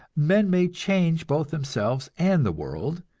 men may change both themselves and the world,